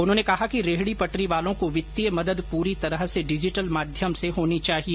उन्होंने कहा कि रेहड़ी पटरी वालों को वित्तीय मदद पूरी तरह से डिजिटल माध्यम से होनी चाहिए